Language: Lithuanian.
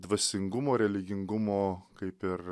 dvasingumo religingumo kaip ir